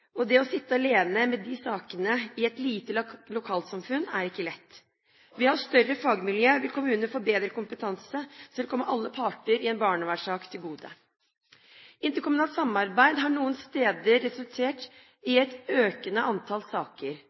og det å sitte alene med de sakene i et lite lokalsamfunn er ikke lett. Ved å ha større fagmiljøer vil kommunene få bedre kompetanse, noe som vil komme alle parter i en barnevernssak til gode. Interkommunalt samarbeid har noen steder resultert i et økende antall saker.